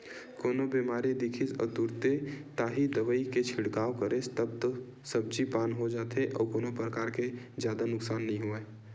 कोनो बेमारी दिखिस अउ तुरते ताही दवई के छिड़काव करेस तब तो सब्जी पान हो जाथे अउ कोनो परकार के जादा नुकसान नइ होवय